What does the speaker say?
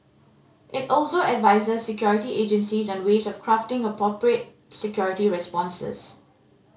it also advises security agencies on ways of crafting appropriate security responses